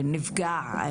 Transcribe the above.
ונפגע.